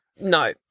no